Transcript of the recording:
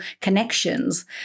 connections